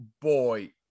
boy